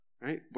Right